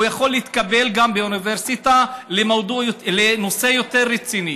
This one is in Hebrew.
הוא יכול להתקבל גם לאוניברסיטה לנושא יותר רציני